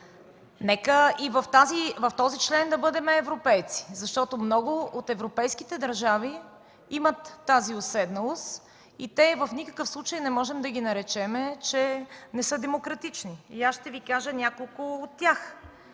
нека и в този член да бъдем европейци, защото много от европейските държави имат тази уседналост и в никакъв случай не можем да ги наречем, че не са демократични. Ще Ви кажа няколко от тях: